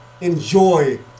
enjoy